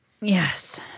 Yes